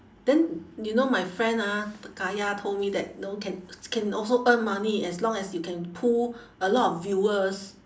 then you know my friend ah kaya told me that know can can also earn money as long as you can pull a lot of viewers